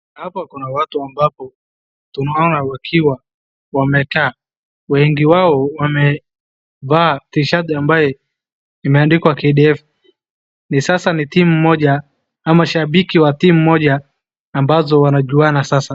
Hapa kuna watu ambapo tunaona wamekaa. Wengi wao wameva T-shirt ambayo imeandikwa KDF. Ni sasa ni timu moja ama shabiki wa timu moja ambazo wanajuana sasa.